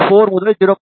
4 முதல் 0